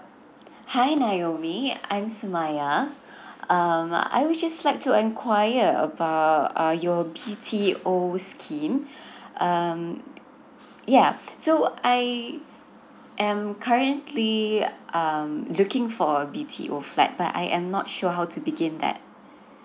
hi naomi I'm sumayya um I would just like to inquire about uh your B T O scheme um yeah so I am currently um looking for a B T O flat but I am not sure how to begin that